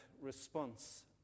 response